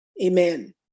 Amen